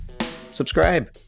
subscribe